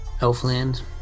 Elfland